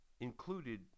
included